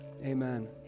Amen